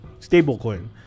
Stablecoin